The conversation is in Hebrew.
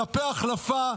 דפי החלפה,